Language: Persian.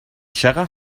چقدر